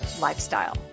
lifestyle